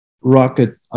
rocket